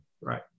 Right